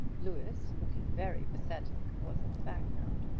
louis, looking very pathetic, was in the background.